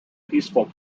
peaceful